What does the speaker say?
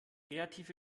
kreative